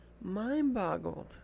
mind-boggled